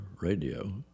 radio